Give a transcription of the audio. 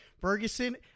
Ferguson